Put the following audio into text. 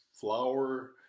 flour